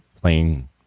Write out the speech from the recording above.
playing